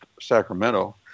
sacramento